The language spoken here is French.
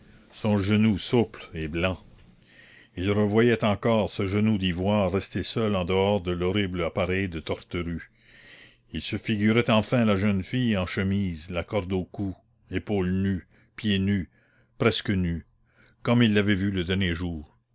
son genou souple et blanc il revoyait encore ce genou d'ivoire resté seul en dehors de l'horrible appareil de torterue il se figurait enfin la jeune fille en chemise la corde au cou épaules nues pieds nus presque nue comme il l'avait vue le dernier jour